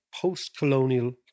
post-colonial